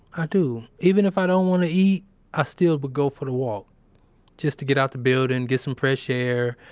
i do. even if i don't want to eat, i ah still but go for the walk just to get out the building, get some fresh air.